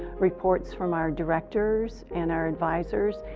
reports from our directors and our advisors.